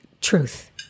truth